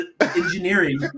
engineering